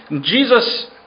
Jesus